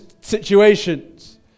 situations